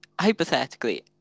hypothetically